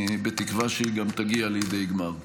בתקווה שהיא גם תגיע לידי גמר.